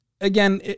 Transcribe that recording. Again